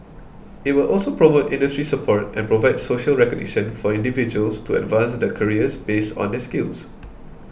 it will also promote industry support and provide social recognition for individuals to advance their careers based on their skills